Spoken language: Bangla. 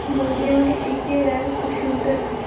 বৌদি আমাকে শিখিয়ে দেয়ও খুব সুন্দরভাবে